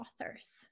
authors